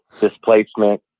displacement